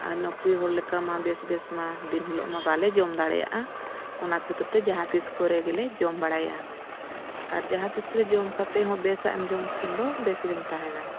ᱟᱨ ᱱᱚᱠᱨᱤ ᱦᱚᱲ ᱞᱮᱠᱟ ᱢᱟ ᱵᱮᱥ ᱵᱮᱥ ᱢᱟ ᱫᱤᱱ ᱦᱤᱞᱳᱜ ᱢᱟ ᱵᱟᱞᱮ ᱡᱚᱢ ᱫᱟᱲᱮᱭᱟᱜᱼᱟ ᱚᱱᱟ ᱠᱷᱟᱹᱛᱤᱨ ᱛᱮ ᱡᱟᱦᱟᱸ ᱛᱤᱥ ᱠᱚᱨᱮ ᱜᱮᱞᱮ ᱡᱚᱢ ᱵᱟᱲᱟᱭᱟ ᱟᱨ ᱡᱟᱦᱟᱸ ᱛᱤᱥ ᱨᱮ ᱡᱚᱢ ᱠᱟᱛᱮᱫ ᱦᱚᱸ ᱵᱮᱥᱟᱜ ᱮᱢ ᱡᱚᱢ ᱠᱷᱟᱱ ᱫᱚ ᱵᱮᱥ ᱜᱮᱢ ᱛᱟᱦᱮᱱᱟ